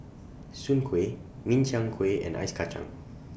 Soon Kway Min Chiang Kueh and Ice Kachang